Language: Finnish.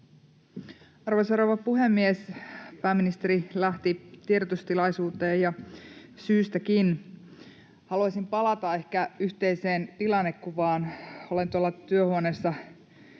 Arvoisa rouva puhemies! Pääministeri lähti tiedotustilaisuuteen, ja syystäkin. Haluaisin ehkä palata yhteiseen tilannekuvaan. Olen tuolla työhuoneessa